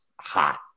hot